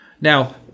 Now